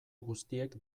guztiek